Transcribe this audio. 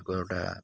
को एउटा